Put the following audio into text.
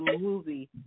movie